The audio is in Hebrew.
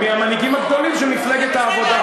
הם מהמנהיגים הגדולים של מפלגת העבודה.